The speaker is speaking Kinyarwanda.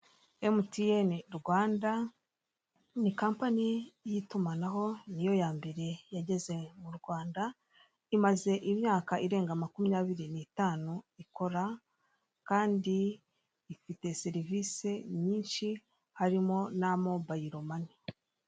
Emutiyeni Rwanda ni kompanyi y'itumanaho, niyo yambere yageze mu Rwanda imaze imyaka irenga makumyabiri n'itanu ikora kandi ifite serivise nyinshi harimo na mobayiromane.